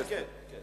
כן, כן.